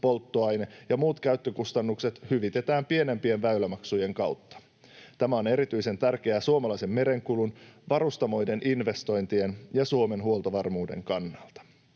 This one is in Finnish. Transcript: polttoaine ja muut käyttökustannukset hyvitetään pienempien väylämaksujen kautta. Tämä on erityisen tärkeää suomalaisen merenkulun, varustamoiden investointien ja Suomen huoltovarmuuden kannalta.